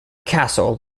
castle